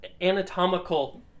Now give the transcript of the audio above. anatomical